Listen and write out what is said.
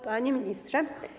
Panie Ministrze!